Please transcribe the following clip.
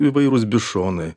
įvairūs bišonai